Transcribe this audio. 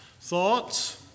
thoughts